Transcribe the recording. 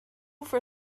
for